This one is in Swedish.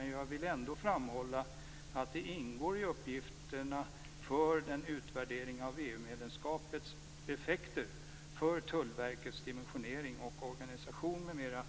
Men jag vill ändå framhålla att det ingår i uppgifterna för den utvärdering av EU-medlemskapets effekter för Tullverkets dimensionering och organisation m.m.